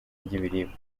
ry’ibiribwa